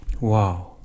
Wow